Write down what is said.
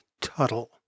Tuttle